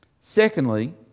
Secondly